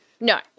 No